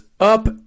up